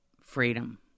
freedom